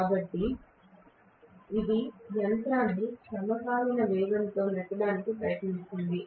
కనుక ఇది యంత్రాన్ని సమకాలిక వేగానికి నెట్టడానికి ప్రయత్నిస్తుంది